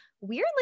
weirdly